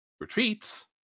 retreats